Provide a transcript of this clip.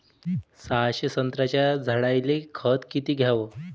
सहाशे संत्र्याच्या झाडायले खत किती घ्याव?